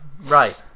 right